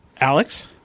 Alex